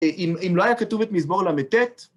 אם לא היה כתוב את מזמור ל"ט...